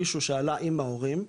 מישהו שעלה עם ההורים,